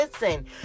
Listen